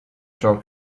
ciò